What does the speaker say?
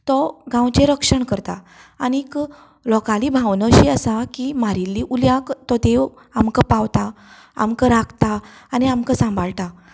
तो गांवचें रक्षण करता आनीक लोकाली भावना अशी आसा की मारिल्ली उल्याक तो देव आमकां पावता आमकां राखता आनी आमकां सांबाळटा